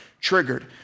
triggered